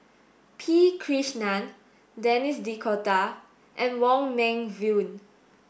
P Krishnan Denis D'Cotta and Wong Meng Voon